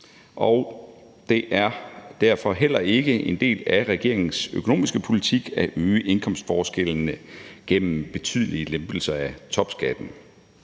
Det er derfor heller ikke en del af regeringens økonomiske politik at øge indkomstforskellene gennem betydelige lempelser af topskatten.